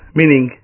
meaning